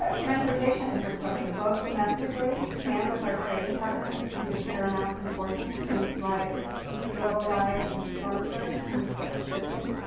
ah transportation infrastructure, both domestically and with our trading partners, becomes of paramount importance. things like sea level rise and storm surge can disrupt shipping,